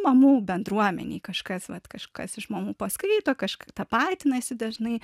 mamų bendruomenei kažkas vat kažkas iš mamų paskaito kažkaip tapatinasi dažnai